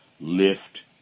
lift